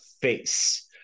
face